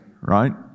right